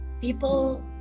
people